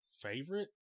favorite